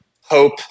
hope